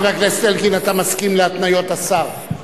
חבר הכנסת אלקין, אתה מסכים להתניות השר.